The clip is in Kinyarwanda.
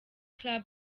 club